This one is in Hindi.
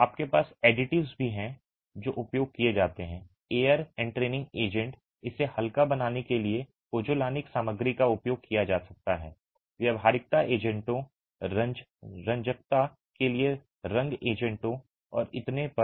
आपके पास एडिटिव्स भी हैं जो उपयोग किए जाते हैं एयर एंट्रेसिंग एजेंट इसे हल्का बनाने के लिए पोज़ोलानिक सामग्री का उपयोग किया जा सकता है व्यावहारिकता एजेंटों रंजकता के लिए रंग एजेंटों और इतने पर